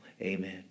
Amen